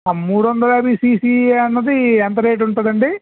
ఆ మూడు వందల యాభై సిసి అన్నది ఎంత రేటు ఉంటుందండి